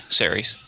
series